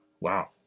Wow